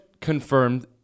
confirmed